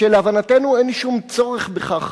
שלהבנתנו אין שום צורך בכך,